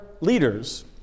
leaders